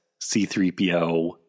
C3PO